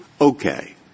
Okay